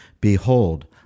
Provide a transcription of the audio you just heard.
behold